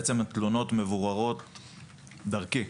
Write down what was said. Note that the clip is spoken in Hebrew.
התלונות מבוררות דרכי.